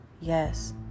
Yes